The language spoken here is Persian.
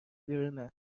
بیرونه